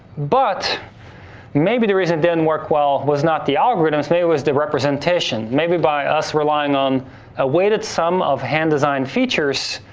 but maybe the reason it didn't work well was not the algorithms, maybe it was the representation. maybe by us relying on a weighted sum of hand-designed features,